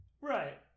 right